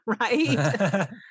right